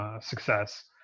success